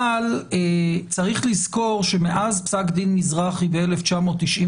אבל צריך לזכור שמאז פסק דין מזרחי ב-1995